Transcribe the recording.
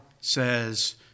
says